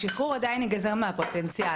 השחרור עדיין ייגזר מהפוטנציאל,